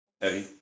Eddie